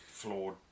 flawed